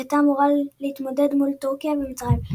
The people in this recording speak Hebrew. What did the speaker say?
והייתה אמורה להתמודד מול טורקיה ומצרים.